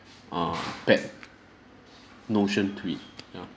err bad notion to it yeah